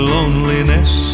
Loneliness